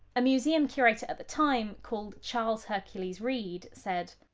a museum curator at the time called charles hercules read said,